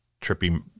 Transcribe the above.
trippy